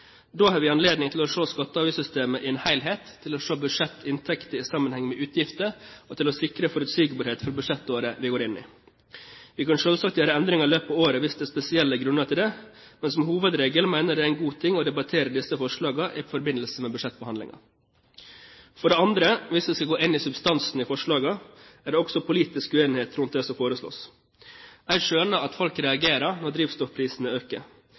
Da har vi anledning til å se skatte- og avgiftssystemet i en helhet, til å se budsjettinntekter i sammenheng med utgifter og til å sikre forutsigbarhet for budsjettåret vi går inn i. Vi kan selvsagt gjøre endringer i løpet av året hvis det er spesielle grunner til det, men som hovedregel mener jeg det er en god ting å debattere disse forslagene i forbindelse med budsjettbehandlingen. For det andre – hvis vi skal gå inn i substansen i forslagene – er det også politisk uenighet rundt det som foreslås. Jeg skjønner at folk reagerer når drivstoffprisene øker.